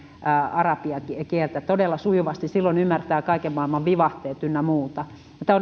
arabian kieltä todella sujuvasti silloin ymmärtää kaiken maailman vivahteet ynnä muuta